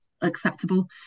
acceptable